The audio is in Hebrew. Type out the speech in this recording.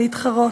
להתחרות,